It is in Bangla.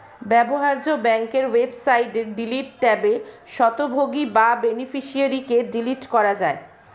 ব্যবহার্য ব্যাংকের ওয়েবসাইটে ডিলিট ট্যাবে স্বত্বভোগী বা বেনিফিশিয়ারিকে ডিলিট করা যায়